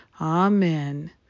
Amen